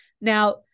Now